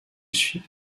suit